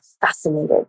fascinated